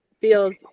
feels